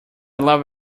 lot